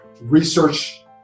research